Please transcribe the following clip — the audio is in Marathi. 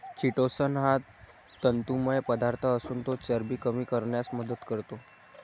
चिटोसन हा तंतुमय पदार्थ असून तो चरबी कमी करण्यास मदत करतो